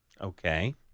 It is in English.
okay